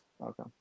Okay